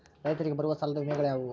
ರೈತರಿಗೆ ಬರುವ ಸಾಲದ ವಿಮೆಗಳು ಯಾವುವು?